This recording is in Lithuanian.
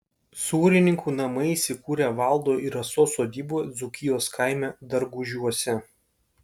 sūrininkų namai įsikūrę valdo ir rasos sodyboje dzūkijos kaime dargužiuose